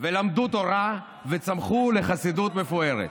ולמדו תורה וצמחו לחסידות מפוארת.